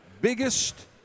Biggest